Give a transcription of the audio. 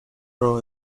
role